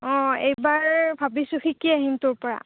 অঁ এইবাৰ ভাবিছোঁ শিকি আহিম তোৰ পৰা